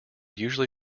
usually